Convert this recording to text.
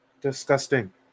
disgusting